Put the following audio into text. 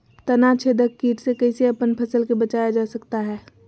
तनाछेदक किट से कैसे अपन फसल के बचाया जा सकता हैं?